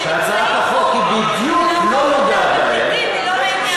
והצעת החוק בדיוק לא נוגעת בהם,